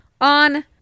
on